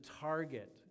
target